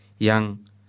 ...yang